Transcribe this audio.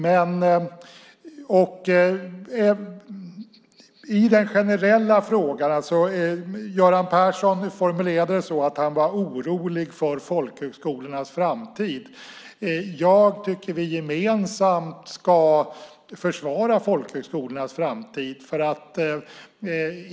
Sedan gäller det den generella frågan. Göran Persson formulerade det så att han var orolig för folkhögskolornas framtid. Jag tycker att vi gemensamt ska försvara folkhögskolornas framtid.